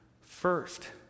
first